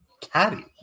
caddy